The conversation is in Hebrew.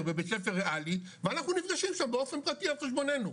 בבית ספר ריאלי ואנחנו נפגשים שם באופן פרטי על חשבוננו,